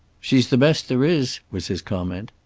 she's the best there is, was his comment.